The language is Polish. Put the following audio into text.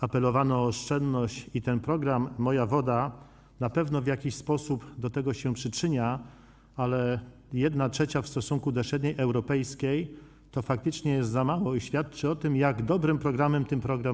Apelowano o oszczędność i ten program „Moja woda” na pewno w jakiś sposób do tego się przyczynia, ale 1/3 w stosunku do średniej europejskiej to faktycznie jest za mało i świadczy o tym, jak dobrym programem był ten program.